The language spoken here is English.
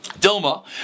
Dilma